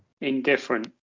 Indifferent